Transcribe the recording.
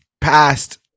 past